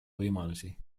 võimalusi